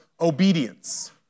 obedience